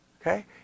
Okay